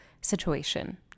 situation